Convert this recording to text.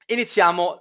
Iniziamo